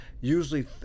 usually